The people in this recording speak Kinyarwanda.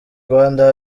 rwanda